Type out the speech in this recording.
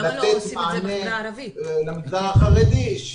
למגזר החרדי,